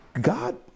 God